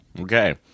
okay